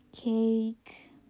cake